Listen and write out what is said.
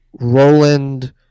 roland